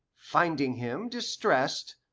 finding him distressed,